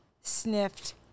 sniffed